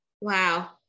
Wow